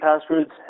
passwords